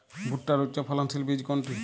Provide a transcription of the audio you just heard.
ভূট্টার উচ্চফলনশীল বীজ কোনটি?